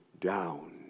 down